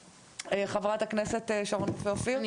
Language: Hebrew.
חברת הכנסת שרון רופא אופיר, בבקשה.